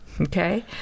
okay